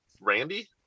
Randy